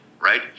right